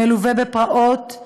מלווה בפרעות,